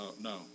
no